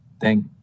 thank